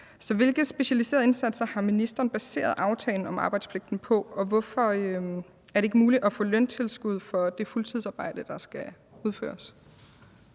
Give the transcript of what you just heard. hvilke specialiserede indsatser har ministeren baseret aftalen om arbejdspligten på? Og hvorfor er det ikke muligt at få løntilskud for det fuldtidsarbejde, der skal udføres?